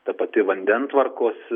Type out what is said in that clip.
ta pati vandentvarkos